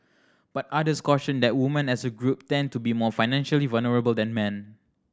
but others cautioned that woman as a group tend to be more financially vulnerable than men